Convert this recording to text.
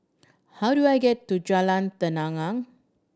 how do I get to Jalan Tenang